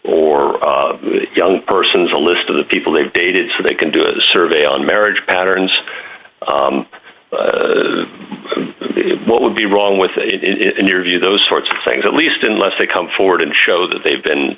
or young person's a list of the people they dated so they can do a survey on marriage patterns what would be wrong with it in your view those sorts of things at least unless they come forward and show that they've been